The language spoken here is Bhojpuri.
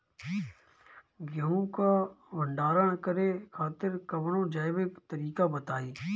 गेहूँ क भंडारण करे खातिर कवनो जैविक तरीका बताईं?